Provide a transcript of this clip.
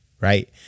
right